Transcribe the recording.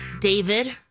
David